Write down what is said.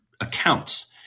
accounts